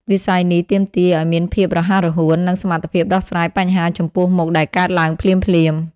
វិស័យនេះទាមទារឱ្យមានភាពរហ័សរហួន និងសមត្ថភាពដោះស្រាយបញ្ហាចំពោះមុខដែលកើតឡើងភ្លាមៗ។